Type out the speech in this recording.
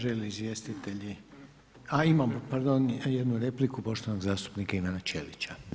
Žele li izvjestitelji, a, imamo pardon jednu repliku poštovanog zastupnika Ivana Ćelića.